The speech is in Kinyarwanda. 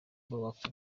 bubaka